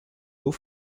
beau